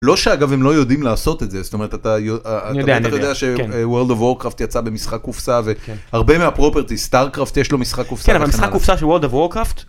לא שאגב הם לא יודעים לעשות את זה זאת אומרת אתה יודע שworld of warcraft יצא במשחק קופסא והרבה מהproperty starcraft יש לו משחק קופסא. כן אבל משחק קופסה של world of War craft...